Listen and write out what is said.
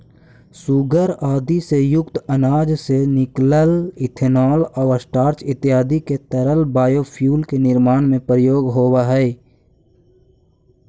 सूगर आदि से युक्त अनाज से निकलल इथेनॉल आउ स्टार्च इत्यादि के तरल बायोफ्यूल के निर्माण में प्रयोग होवऽ हई